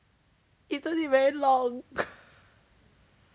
isn't it very long